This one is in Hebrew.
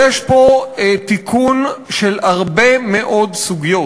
יש פה תיקון של הרבה מאוד סוגיות: